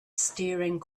staring